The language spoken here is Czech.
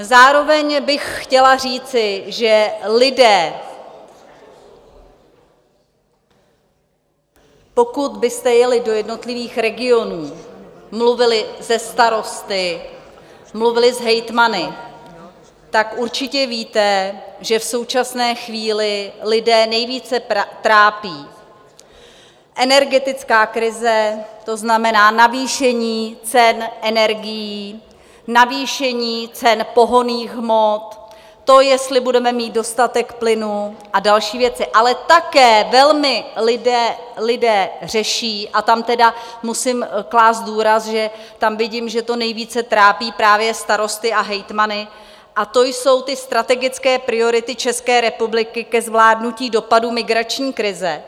Zároveň bych chtěla říci, že lidé, pokud byste jeli do jednotlivých regionů, mluvili se starosty, mluvili s hejtmany, tak určitě víte, že v současné chvíli lidi nejvíce trápí energetická krize, to znamená navýšení cen energií, navýšení cen pohonných hmot, to, jestli budeme mít dostatek plynu, a další věci, ale také velmi lidé řeší a tam tedy musím klást důraz že tam vidím, že to nejvíce trápí právě starosty a hejtmany, a to jsou strategické priority České republiky ke zvládnutí dopadů migrační krize.